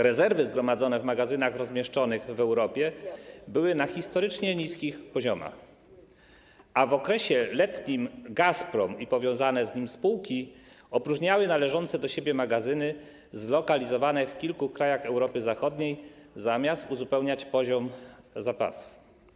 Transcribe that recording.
Rezerwy zgromadzone w magazynach rozmieszczonych w Europie były na historycznie niskich poziomach, a w okresie letnim Gazprom i powiązane z nim spółki opróżniały należące do siebie magazyny zlokalizowane w kilku krajach Europy Zachodniej, zamiast uzupełniać poziom zapasów.